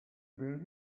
been